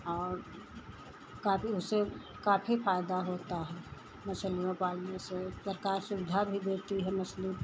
और काफ़ी उससे काफ़ी फ़ायदा होता है मछलियाँ पालने से सरकार सुविधा भी देती है मछली